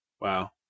Wow